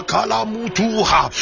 Kalamutuha